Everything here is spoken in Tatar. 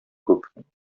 күп